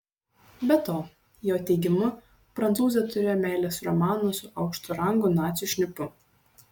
be to jo teigimu prancūzė turėjo meilės romaną su aukšto rango nacių šnipu